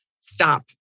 Stop